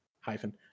hyphen